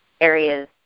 areas